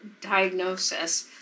diagnosis